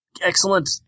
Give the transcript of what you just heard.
Excellent